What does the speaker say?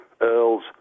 Earls